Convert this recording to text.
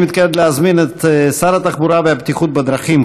אני מתכבד להזמין את שר התחבורה והבטיחות בדרכים,